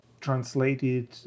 translated